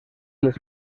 les